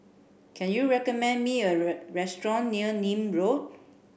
can you recommend me a restaurant near Nim Road